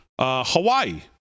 Hawaii